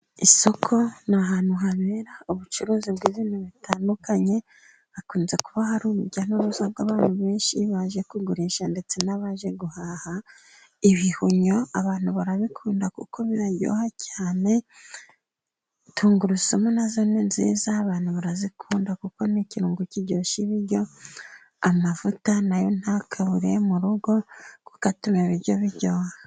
Isoko ni ahantu habera ubucuruzi bw'ibintu bitandukanye. Hakunze kuba hari urujya n'uruza rw'abantu benshi baje kugurisha, ndetse n'abaje guhaha ibihumyo. Abantu barabikunda kuko biryoha cyane. Tungurusumu na zo ni nziza, abantu barazikunda kuko n'ikirungo kiryoshya ibiryo. Amavuta na yo ntakabure mu rugo atuma ibiryo biryoha.